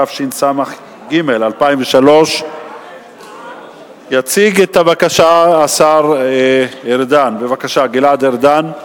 התשס"ג 2003. יציג את הבקשה השר גלעד ארדן,